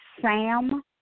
sam